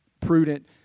prudent